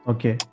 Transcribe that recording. Okay